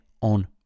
on